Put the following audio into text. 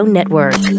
Network